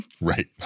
right